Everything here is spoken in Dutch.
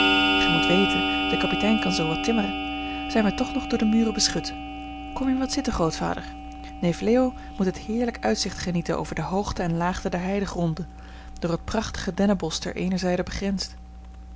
gij moet weten de kapitein kan zoo wat timmeren zijn wij toch nog door de muren beschut kom hier wat zitten grootvader neef leo moet het heerlijke uitzicht genieten over de hoogten en laagten der heidegronden door het prachtige dennenbosch ter eener zijde begrensd